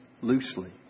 loosely